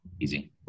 Easy